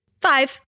Five